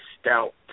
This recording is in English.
stout